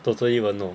totally won't no